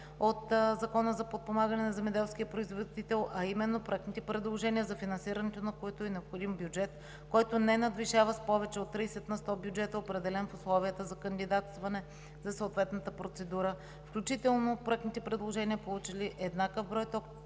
от Закона за подпомагане на земеделския производител, а именно проектните предложения, за финансирането на които е необходим бюджет, който не надвишава с повече от 30 на сто бюджета, определен в условията за кандидатстване за съответната процедура, включително проектните предложения, получили еднакъв брой точки,